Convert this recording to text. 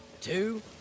two